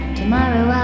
tomorrow